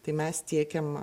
tai mes tiekiam